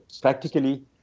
practically